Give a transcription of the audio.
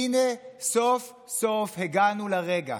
הינה סוף-סוף הגענו לרגע